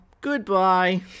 Goodbye